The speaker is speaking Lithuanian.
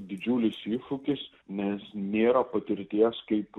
didžiulis iššūkis nes nėra patirties kaip